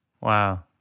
Wow